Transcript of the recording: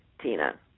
tina